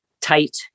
tight